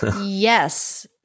Yes